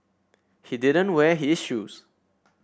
he didn't wear his shoes